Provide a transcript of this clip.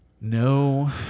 No